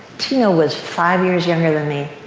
tina was five years younger than me.